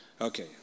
Okay